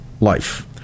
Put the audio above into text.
life